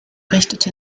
richtete